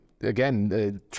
again